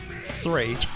Three